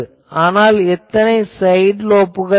ஆனால் எத்தனை சைட் லோப்கள் உள்ளன